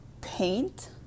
paint